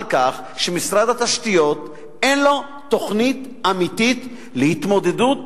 שמשרד התשתיות אין לו תוכנית אמיתית להתמודדות